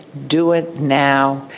do it now.